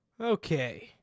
Okay